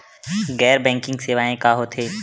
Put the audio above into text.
गैर बैंकिंग सेवाएं का होथे?